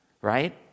right